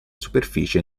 superficie